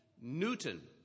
Newton